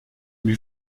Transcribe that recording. lui